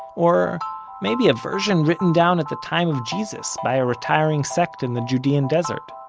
or maybe a version written down at the time of jesus, by a retiring sect in the judean desert,